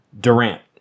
Durant